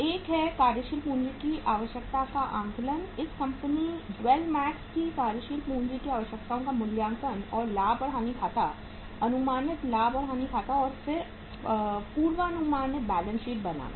एक है कार्यशील पूंजी की आवश्यकता का आकलन इस कंपनी ड्वेल मैक्स की कार्यशील पूंजी की आवश्यकताओं का मूल्यांकन और लाभ और हानि खाता अनुमानित लाभ और हानि खाता और फिर पूर्वानुमानित बैलेंस शीट बनाना